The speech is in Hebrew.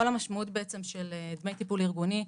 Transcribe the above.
כל המשמעות של דמי טיפול ארגוני,